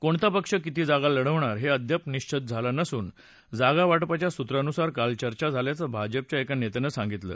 कोणता पक्ष किती जागा लढवणार हे अद्याप निशित झालं नसून जागा वा पिच्या सूत्रावर काल चर्चा झाल्याचं भाजपच्या एका नेत्यानं सांगितलं